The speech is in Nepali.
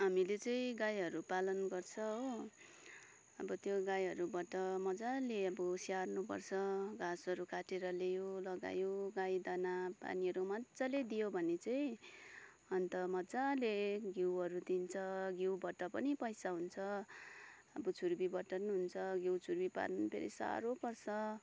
हामीले चाहिँ गाईहरू पालन गर्छ हो अब त्यो गाईहरूबाट मजाले अब स्याहार्नुपर्छ घाँसहरू काटेर ल्यायो लगायो गाई दानापानीहरू मजाले दियो भने चाहिँ अन्त मजाले घिउहरू दिन्छ घिउबाट पनि पैसा हुन्छ अब छुर्पीबाट पनि हुन्छ घिउ छुर्पी पार्नु पनि फेरि साह्रो पर्छ